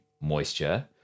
moisture